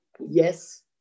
Yes